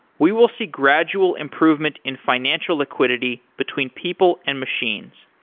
we will see gradual improvement in financial liquidity between people and machines.